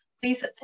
please